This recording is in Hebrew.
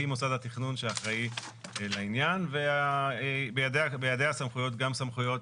היא מוסד התכנון שאחראי לעניין ובידיה גם הסמכויות